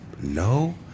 no